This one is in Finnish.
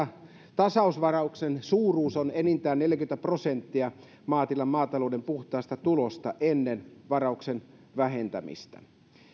tasausvarauksen suuruus on enintään neljäkymmentä prosenttia maatilan maatalouden puhtaasta tulosta ennen varauksen vähentämistä